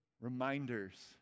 reminders